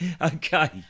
Okay